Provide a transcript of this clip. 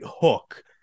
hook